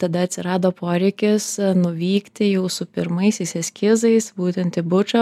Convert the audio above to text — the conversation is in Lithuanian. tada atsirado poreikis nuvykti jau su pirmaisiais eskizais būtent į bučą